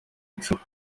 icumu